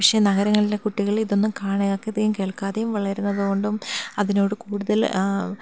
പക്ഷെ നഗരങ്ങളിലെ കുട്ടികൾ ഇതൊന്നും കാണാതെയും കേൾക്കാതെയും വളരുന്നത് കൊണ്ടും അതിനോട് കൂടുതൽ